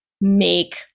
make